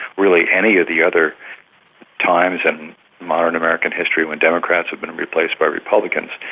really any of the other times in modern american history when democrats have been replaced by republicans,